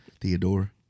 theodore